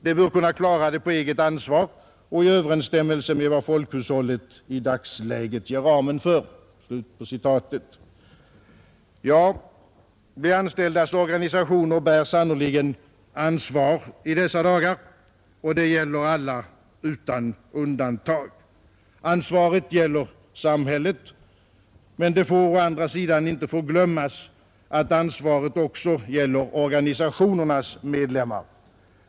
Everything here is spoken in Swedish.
De bör kunna klara det på eget ansvar och i överensstämmelse med vad folkhushållet i dagsläget ger ramen för.” Ja, de anställdas organisationer bär sannerligen ansvar i dessa dagar och det gäller alla utan undantag. Ansvaret gäller samhället, men det får å andra sidan inte förglömmas att ansvaret också gäller organisationernas medlemmar.